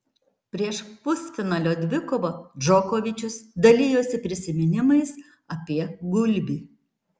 prieš pusfinalio dvikovą džokovičius dalijosi prisiminimais apie gulbį